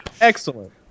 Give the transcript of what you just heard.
excellent